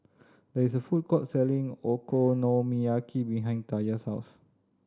there is a food court selling Okonomiyaki behind Taja's house